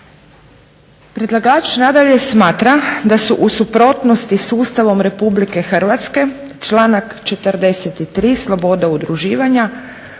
Predlagač nadalje smatra da su u suprotnosti s Ustavom Republike Hrvatske članak 43. sloboda udruživanja